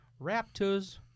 Raptors